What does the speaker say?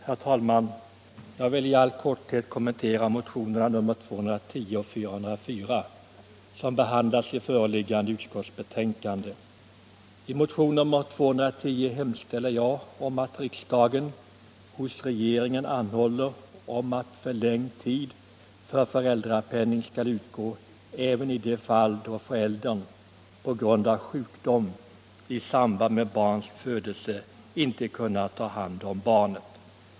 Herr talman! Jag vill i all korthet kommentera motionerna nr 210 och 404 som behandlas i föreliggande utskottsbetänkande. I motion nr 210 hemställer jag att riksdagen hos regeringen anhåller om att förlängd tid för föräldrapenning skall utgå även i de fall då föräldern på grund av sjukdom i samband med barns födelse inte kunnat ta hand om barnet.